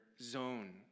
zone